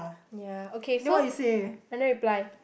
ya okay so I never reply